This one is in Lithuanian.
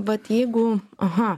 vat jeigu aha